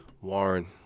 Warren